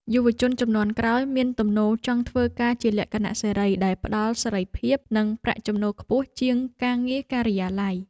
យុវជនជំនាន់ក្រោយមានទំនោរចង់ធ្វើការជាលក្ខណៈសេរីដែលផ្តល់សេរីភាព និងប្រាក់ចំណូលខ្ពស់ជាងការងារការិយាល័យ។